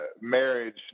marriage